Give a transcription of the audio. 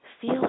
Feel